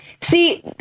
see